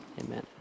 Amen